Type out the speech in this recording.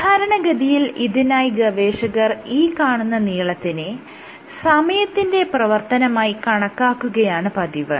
സാധാരണഗതിയിൽ ഇതിനായി ഗവേഷകർ ഈ കാണുന്ന നീളത്തിനെ സമയത്തിന്റെ പ്രവർത്തനമായി കണക്കാക്കുകയാണ് പതിവ്